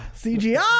cgi